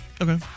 Okay